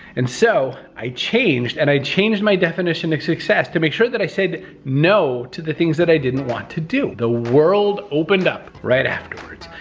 and so, i changed, and i changed my definition of success to make sure that i said no to the things that i didn't want to do. the world opened up right afterwards.